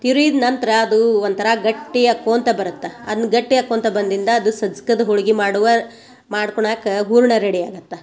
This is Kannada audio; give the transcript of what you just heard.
ತಿರುವಿದ ನಂತರ ಅದು ಒಂಥರ ಗಟ್ಟಿಯಾಕೋಂತ ಬರತ್ತೆ ಅದ್ನ ಗಟ್ಟಿ ಆಕ್ಕೊಂತಾ ಬಂದಿಂದ ಅದು ಸಜ್ಕದ ಹೋಳ್ಗಿ ಮಾಡುವ ಮಾಡ್ಕೊಣಾಕ ಹೂರ್ಣ ರೆಡಿ ಆಗತ್ತೆ